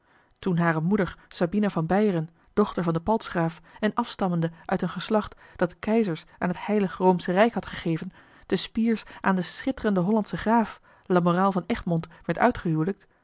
toen hare moeder sabina van beieren dochter van den paltsgraaf en afstammende uit een geslacht dat keizers aan het heilige roomsche rijk had gegeven te spiers aan den schitterenden hollandschen graaf lamoraal van egmond werd